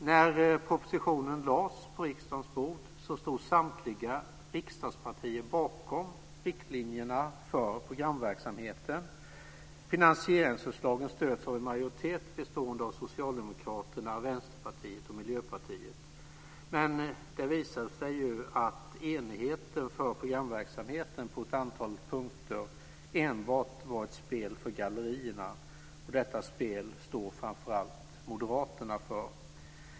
När propositionen lades på riksdagens bord stod samtliga riksdagspartier bakom riktlinjerna för programverksamheten. Finansieringsförslagen stöds av en majoritet bestående av Socialdemokraterna, Vänsterpartiet och Miljöpartiet. Det visade sig dock att enigheten för programverksamheten på ett antal punkter enbart var ett spel för galleriet. Detta spel står framför allt Moderaterna för.